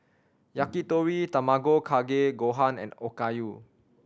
Yakitori Tamago Kake Gohan and Okayu